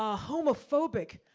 ah homophobic,